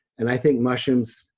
and i think mushrooms,